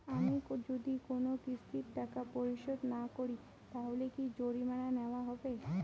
আমি যদি কোন কিস্তির টাকা পরিশোধ না করি তাহলে কি জরিমানা নেওয়া হবে?